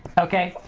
okay?